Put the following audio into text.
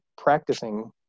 practicing